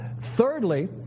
Thirdly